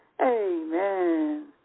Amen